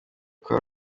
kwa